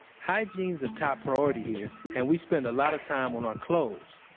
hygiene's a top priority here, and we spend a lot of time on our clothes.